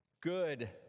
Good